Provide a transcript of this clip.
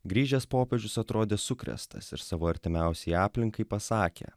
grįžęs popiežius atrodė sukrėstas ir savo artimiausiai aplinkai pasakė